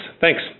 Thanks